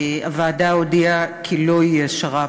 הוועדה הודיעה כי לא יהיה שר"פ,